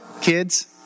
kids